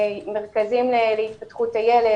מרכזים להתפתחות הילד,